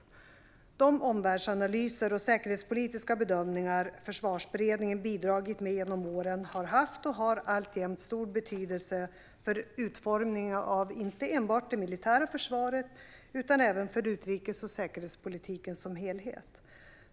Svar på interpellationer De omvärldsanalyser och säkerhetspolitiska bedömningar Försvarsberedningen bidragit med genom åren har haft och har alltjämt stor betydelse för utformningen av inte enbart det militära försvaret utan även för utrikes och säkerhetspolitiken som helhet.